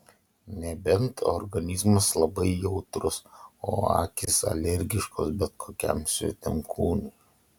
nebent organizmas labai jautrus o akys alergiškos bet kokiam svetimkūniui